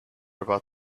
about